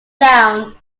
down